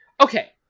okay